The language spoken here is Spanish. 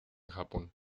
japón